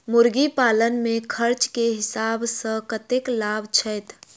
मुर्गी पालन मे खर्च केँ हिसाब सऽ कतेक लाभ छैय?